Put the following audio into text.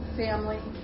family